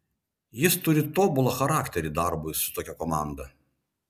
jis turi tobulą charakterį darbui su tokia komanda